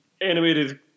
animated